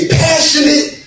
passionate